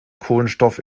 kohlenstoff